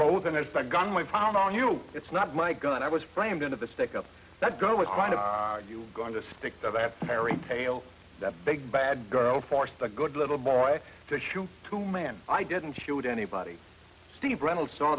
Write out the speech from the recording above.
we found on you it's not my gun i was framed and of the stick up that go with you going to stick to that fairy tale that big bad girl forced a good little boy tissue to man i didn't shoot anybody steve reynolds saw